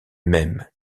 même